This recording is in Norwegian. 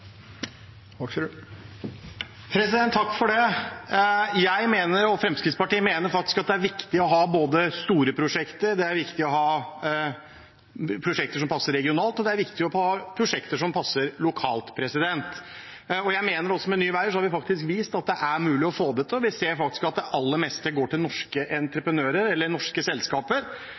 viktig både å ha store prosjekter, det er viktig å ha prosjekter som passer regionalt, og det er viktig å ha prosjekter som passer lokalt. Jeg mener også at med Nye Veier har vi vist at det er mulig å få det til. Vi ser at det aller meste går til norske entreprenører eller norske selskaper